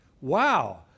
Wow